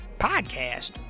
Podcast